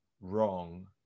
wrong